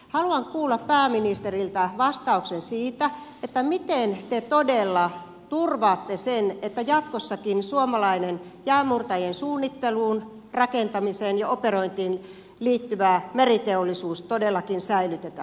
haluan kuulla pääministeriltä vastauksen siihen miten te todella turvaatte sen että jatkossakin suomalainen jäänmurtajien suunnitteluun rakentamiseen ja operointiin liittyvä meriteollisuus todellakin säilytetään